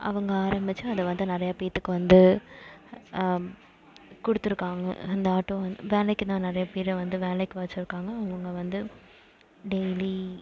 அவங்க ஆரம்பித்து அது வந்து நிறைய பேர்த்துக்கு வந்து கொடுத்துருக்காங்க அந்த ஆட்டோ வந்து வேலைக்கு தான் நிறைய பேரை வந்து வேலைக்கு வச்சிருக்காங்க இவங்க வந்து டெய்லி